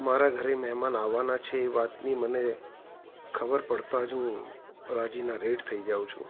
મારા ઘરે મહેમાન આવવાના છે એ વાતની મને ખબર પડતા જ હું રાજીના રેડ થઈ જાઉ છું